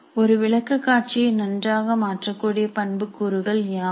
ஒரு விளக்க காட்சியை நன்றாக மாற்றக்கூடிய பண்புக் கூறுகள் யாவை